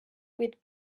with